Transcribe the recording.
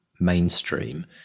mainstream